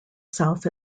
south